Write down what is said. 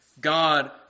God